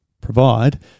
provide